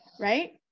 right